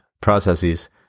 processes